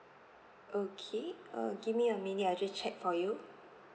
okay uh give me a minute I'll just check for you